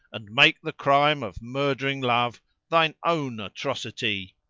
and make the crime of murdering love thine own atrocity.